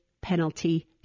penalty